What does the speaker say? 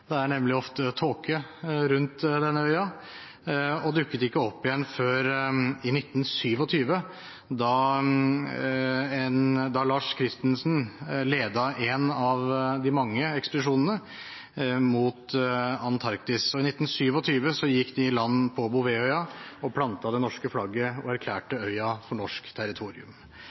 det er nemlig ofte tåke rundt denne øya – og dukket ikke opp igjen før i 1927, da Lars Christensen ledet én av de mange ekspedisjonene mot Antarktis. I 1927 gikk de i land på Bouvetøya, plantet det norske flagget og erklærte øya for norsk territorium.